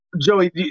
Joey